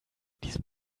diesem